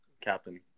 captain